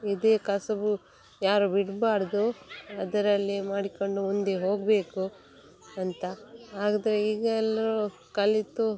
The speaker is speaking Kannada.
ಇದೇ ಕಸುಬು ಯಾರೂ ಬಿಡಬಾರ್ದು ಅದರಲ್ಲೇ ಮಾಡಿಕೊಂಡು ಮುಂದೆ ಹೋಗಬೇಕು ಅಂತ ಆದರೆ ಈಗ ಎಲ್ಲರೂ ಕಲಿತು